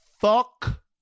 fuck